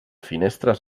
finestres